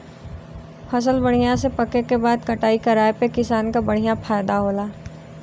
फसल बढ़िया से पके क बाद कटाई कराये पे किसान क बढ़िया फयदा होला